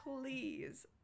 please